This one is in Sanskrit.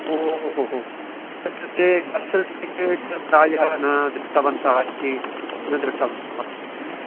ओ हो हो तत्र ते बर्त् सर्टिफ़िकेट् प्रायः न दृष्टवन्तः इति न दृष्टवन्तो वू